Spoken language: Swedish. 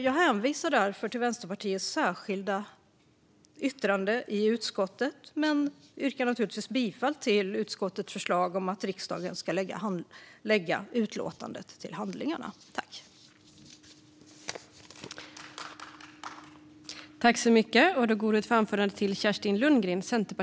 Jag hänvisar därför till Vänsterpartiets särskilda yttrande i utskottet men yrkar naturligtvis bifall till utskottets förslag att riksdagen ska lägga utlåtandet till handlingarna.